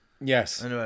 Yes